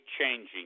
changing